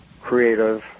creative